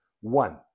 One